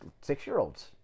six-year-olds